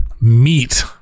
meat